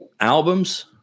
albums